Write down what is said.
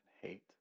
hate